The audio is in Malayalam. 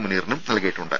മുനീറിനും നൽകിയിട്ടുണ്ട്